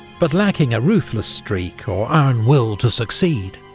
but lacking a ruthless streak or iron will to succeed.